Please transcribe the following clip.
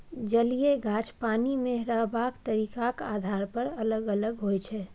जलीय गाछ पानि मे रहबाक तरीकाक आधार पर अलग अलग होइ छै